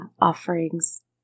offerings